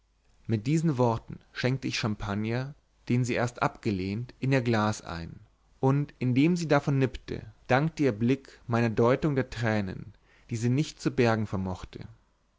mit diesen worten schenkte ich champagner den sie erst abgelehnt in ihr glas ein und indem sie davon nippte dankte ihr blick meiner deutung der tränen die sie nicht zu bergen vermochte